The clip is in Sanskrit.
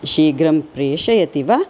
शीघ्रं प्रेषयति वा